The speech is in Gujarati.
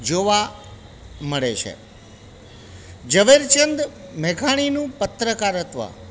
જોવા મળે છે ઝવેરચંદ મેઘાણીનું પત્રકારત્વ